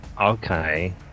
Okay